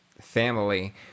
family